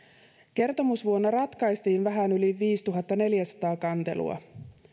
kertomusvuonna ratkaistiin vähän yli viisituhattaneljäsataa kantelua